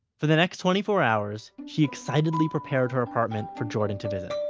for the next twenty-four hours she excitedly prepared her apartment for jordan to visit.